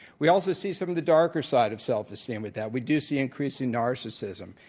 we also see some of the darker side of self-esteem with that. we do see increasing narcissism.